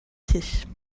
tisch